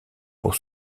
pour